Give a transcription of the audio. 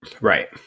right